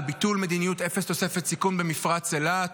ביטול מדיניות אפס תוספת סיכון במפרץ אילת,